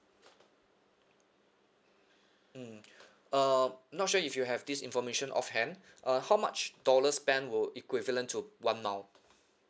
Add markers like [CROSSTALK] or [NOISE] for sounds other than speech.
mm [BREATH] uh not sure if you have this information offhand [BREATH] uh how much dollar spent will equivalent to one mile